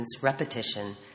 repetition